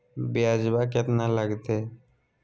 ब्यजवा केतना लगते?